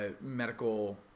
Medical